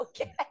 Okay